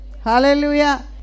Hallelujah